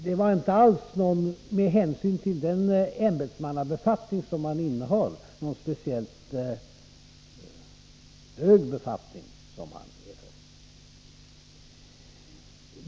Det var alltså med hänsyn till de ämbeten som Ove Rainer innehaft inte alls någon speciellt hög befattning som han erhöll.